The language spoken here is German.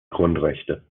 grundrechte